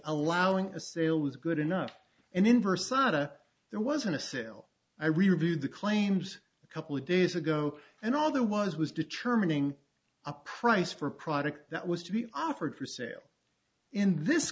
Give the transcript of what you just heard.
allowing a sale was good enough and in versa there wasn't a sale i reviewed the claims a couple of days ago and all there was was determining a price for a product that was to be offered for sale in this